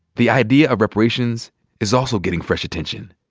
the idea of reparations is also getting fresh attention.